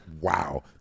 wow